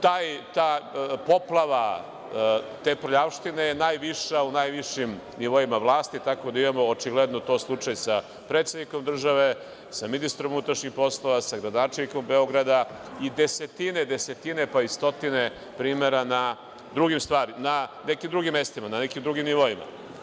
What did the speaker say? Ta poplava te prljavštine je najviša u najvišim nivoima vlasti, tako da imamo, očigledno je to slučaj sa predsednikom države, sa ministrom unutrašnjih poslova, sa gradonačelnikom Beograda i desetine, desetine, pa i stotine primera na nekim drugim mestima, na nekim drugim nivoima.